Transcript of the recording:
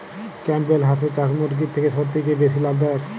Campbell হাঁসের চাষ মুরগির থেকে সত্যিই কি বেশি লাভ দায়ক?